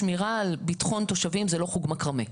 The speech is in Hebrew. ששמירה על ביטחון התושבים זה לא חוג מקרמה.